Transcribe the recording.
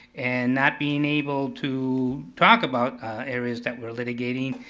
and not being able to talk about areas that we're litigating,